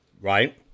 Right